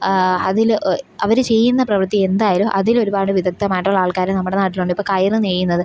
അതിൽ അവർ ചെയ്യുന്ന പ്രവൃത്തി എന്തായാലും അതിലൊരുപാട് വിദഗ്ദ്ധമായിട്ടുള്ള ആൾക്കാർ നമ്മുടെ നാട്ടിലുണ്ട് ഇപ്പം കയർ നെയ്യുന്നത്